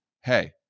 Hey